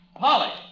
Polly